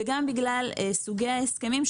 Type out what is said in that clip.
וגם בשל סוגי ההסכמים,